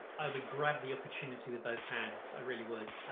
i would grab the opportunity with both hands, i really would.